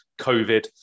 covid